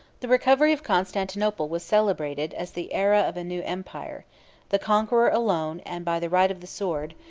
the recovery of constantinople was celebrated as the aera of a new empire the conqueror, alone, and by the right of the sword,